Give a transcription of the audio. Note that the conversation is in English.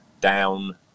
down